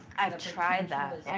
i've tried that.